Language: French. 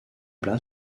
place